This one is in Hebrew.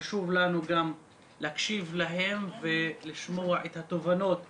חשוב לנו להקשיב להם ולשמוע את התובנות שלהם,